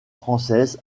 française